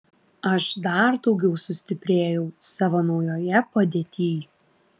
aš dar daugiau sustiprėjau savo naujoje padėtyj